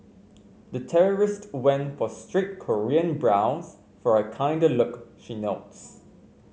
the terrorist went for straight Korean brows for a kinder look she notes